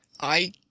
I